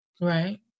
Right